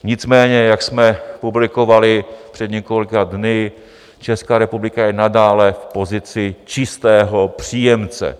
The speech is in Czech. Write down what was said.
Nicméně jak jsme publikovali před několika dny, Česká republika je nadále v pozici čistého příjemce.